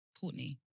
Courtney